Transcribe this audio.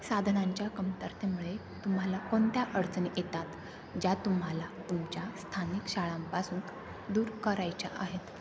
साधनांच्या कमतरतेमुळे तुम्हाला कोणत्या अडचणी येतात ज्या तुम्हाला तुमच्या स्थानिक शाळांपासून दूर करायच्या आहेत